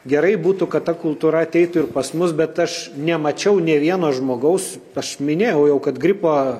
gerai būtų kad ta kultūra ateitų ir pas mus bet aš nemačiau nė vieno žmogaus aš minėjau jau kad gripo